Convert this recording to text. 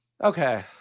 Okay